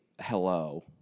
hello